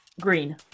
Green